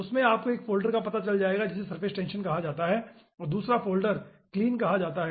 उसमें आपको एक फोल्डर का पता चल जाएगा जिसे सरफेस टेंशन कहा जाता है और दूसरा फोल्डर clean कहा जाता है